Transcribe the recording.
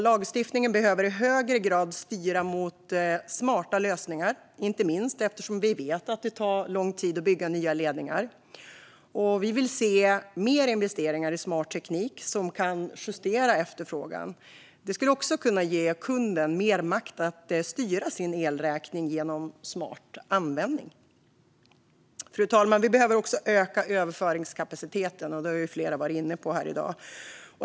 Lagstiftningen behöver i högre grad styra mot smarta lösningar, inte minst eftersom vi vet att det tar lång tid att bygga nya ledningar. Vi vill se mer investeringar i smart teknik som kan justera efterfrågan. Det skulle också kunna ge kunden mer makt att styra sin elräkning genom smart användning. Fru talman! Vi behöver också öka överföringskapaciteten, vilket flera har varit inne på här i dag.